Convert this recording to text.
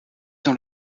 dans